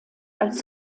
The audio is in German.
als